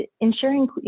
ensuring